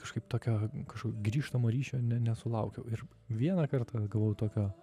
kažkaip tokio kažkokio grįžtamo ryšio ne nesulaukiau ir vieną kartą gavau tokio